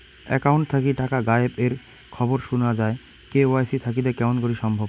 Account থাকি টাকা গায়েব এর খবর সুনা যায় কে.ওয়াই.সি থাকিতে কেমন করি সম্ভব?